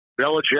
Belichick